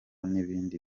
n’ibindi